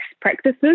practices